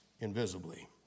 invisibly